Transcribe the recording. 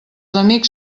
amics